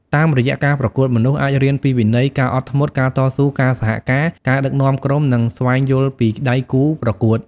តាមរយៈការប្រកួតមនុស្សអាចរៀនពីវិន័យ ការអត់ធ្មត់ ការតស៊ូ ការសហការណ៍ ការដឹកនាំក្រុម និងស្វែងយល់ពីដៃគូរប្រកួត។